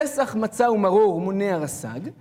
פסח מצה ומרור מונה הרס"ג